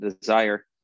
desire